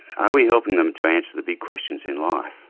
are we helping them to answer the big questions in life?